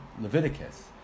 Leviticus